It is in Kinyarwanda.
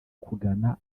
kugana